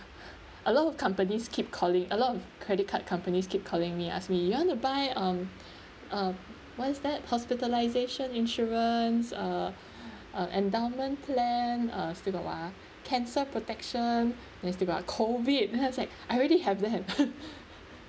a lot of companies keep calling a lot of credit card companies keep calling me ask me you want to buy um um what is that hospitalisation insurance uh uh endowment plan uh still got [what] ah cancer protection then still got COVID and I was like I already have them